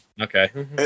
Okay